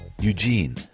Eugene